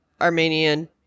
Armenian